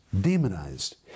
demonized